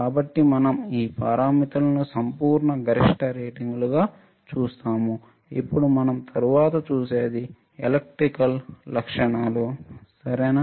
కాబట్టి మనం ఈ పారామితులను సంపూర్ణ గరిష్ట రేటింగ్లుగా చూస్తాము ఇప్పుడు మనం తరువాత చూసేది ఎలక్ట్రికల్ లక్షణాలు సరేనా